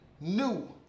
new